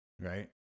right